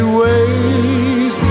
ways